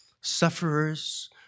Sufferers